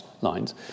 lines